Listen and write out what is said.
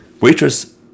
Waitress